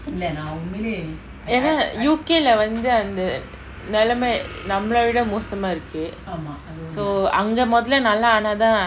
ஏனா:yena U_K lah வந்து அந்த நெலம நம்மல விட மோசமா இருக்கு:vanthu antha nelama nammala vida mosama iruku so அங்க மொதல்ல நல்லானாதா:anga mothalla nallaanaatha